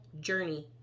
journey